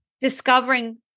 discovering